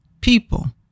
people